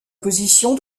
position